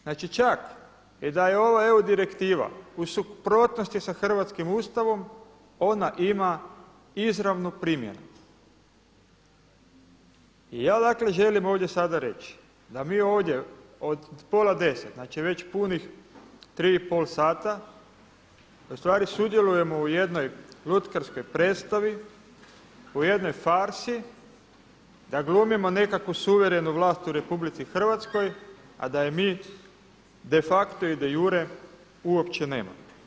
Znači čak i da je ova EU direktiva u suprotnosti sa hrvatskim Ustavom ona ima izravno primjenu i ja dakle želim ovdje sada reći da mi ovdje od pola 10, znači već punih 3,5 sata ustvari sudjelujemo u jednoj lutkarskoj predstavi, u jednoj farsi, da glumimo nekakvu suverenu vlast u RH a da je mi de facto i de jure uopće nemamo.